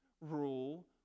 Rule